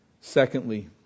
Secondly